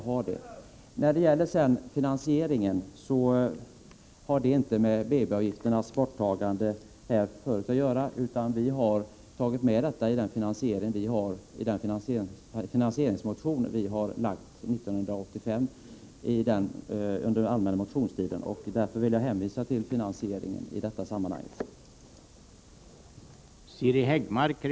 När det sedan gäller finansieringen har den här frågan inte med BB avgifternas borttagande att göra, utan vi har tagit med detta i det finansieringsalternativ som vi föreslagit i vår finansieringsmotion under den allmänna motionstiden 1985. Därför vill jag i detta sammanhang hänvisa till det finansieringsförslaget.